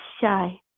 shy